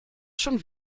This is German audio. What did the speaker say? schon